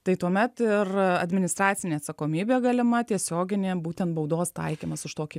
tai tuomet ir administracinė atsakomybė galima tiesioginė būtent baudos taikymas už tokį